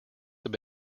have